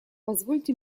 позвольте